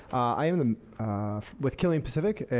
i'm with killian pacific,